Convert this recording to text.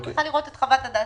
אני צריכה לראות את חוות הדעת.